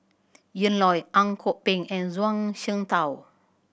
Ian Loy Ang Kok Peng and Zhuang Shengtao